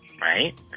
right